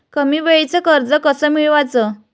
कमी वेळचं कर्ज कस मिळवाचं?